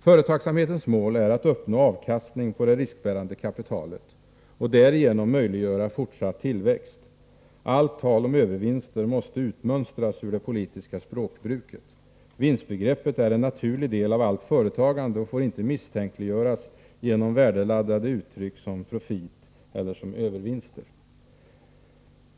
Företagsamhetens mål är att uppnå avkastning på det riskbärande kapitalet och därigenom möjliggöra fortsatt tillväxt. Allt tal om ”övervinster” måste utmönstras ur det politiska språkbruket. Vinstbegreppet är en naturlig del av allt företagande och får inte misstänkliggöras genom värdeladdade uttryck som ”profit” och ”övervinster”.